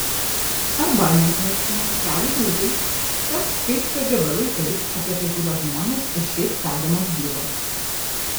arba neatmeskime gali būti kad kaip kgb laikais apie kai kuriuos žmones ir šiaip vedamos bylos